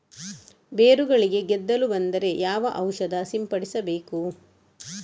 ಬೇರುಗಳಿಗೆ ಗೆದ್ದಲು ಬಂದರೆ ಯಾವ ಔಷಧ ಸಿಂಪಡಿಸಬೇಕು?